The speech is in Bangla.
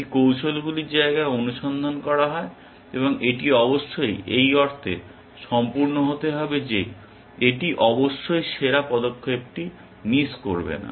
এটি কৌশলগুলির জায়গায় অনুসন্ধান করা হয় এবং এটি অবশ্যই এই অর্থে সম্পূর্ণ হতে হবে যে এটি অবশ্যই সেরা পদক্ষেপটি মিস করবে না